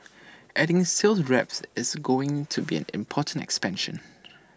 adding sales reps is going to be an important expansion